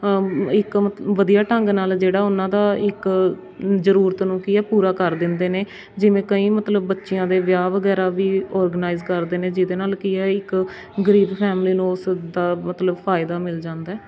ਇੱਕ ਵਧੀਆ ਢੰਗ ਨਾਲ ਜਿਹੜਾ ਉਹਨਾਂ ਦਾ ਇੱਕ ਜ਼ਰੂਰਤ ਨੂੰ ਕੀ ਹੈ ਪੂਰਾ ਕਰ ਦਿੰਦੇ ਨੇ ਜਿਵੇਂ ਕਈ ਮਤਲਬ ਬੱਚੀਆਂ ਦੇ ਵਿਆਹ ਵਗੈਰਾ ਵੀ ਔਰਗਨਾਈਜ਼ ਕਰਦੇ ਨੇ ਜਿਹਦੇ ਨਾਲ ਕੀ ਹੈ ਇੱਕ ਗਰੀਬ ਫੈਮਿਲੀ ਨੂੰ ਉਸ ਦਾ ਮਤਲਬ ਫਾਇਦਾ ਮਿਲ ਜਾਂਦਾ